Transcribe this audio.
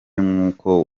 nk’uko